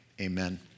amen